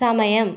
സമയം